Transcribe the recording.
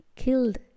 killed